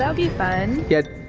ah be fun. yet,